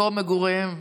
מקום מגוריהם?